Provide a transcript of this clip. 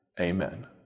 Amen